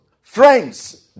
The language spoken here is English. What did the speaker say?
Friends